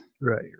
Right